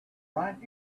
right